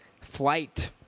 flight